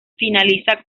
finaliza